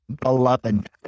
beloved